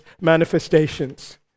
manifestations